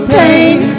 pain